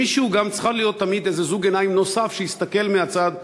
למישהו גם צריך להיות תמיד זוג עיניים נוסף שיסתכל מהצד,